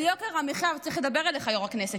על יוקר המחיה, זה צריך לדבר אליך, יו"ר הישיבה.